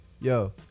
yo